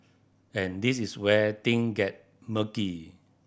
and this is where thing get murky